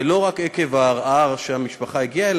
ולא רק עקב הערר שהמשפחה הגיעה אליו,